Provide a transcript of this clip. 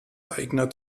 eigener